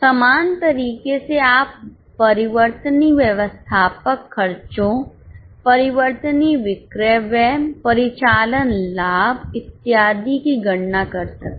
समान तरीके से आप परिवर्तनीय व्यवस्थापक खर्चोंपरिवर्तनीय विक्रय व्यय परिचालन लाभ इत्यादि की गणना कर सकते हैं